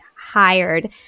hired